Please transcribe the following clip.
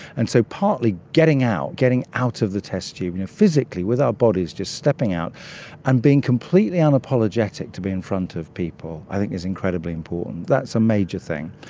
and so partly getting out, getting out of the test tube physically with our bodies, just stepping out and being completely unapologetic to be in front of people i think is incredibly important. that's a major thing.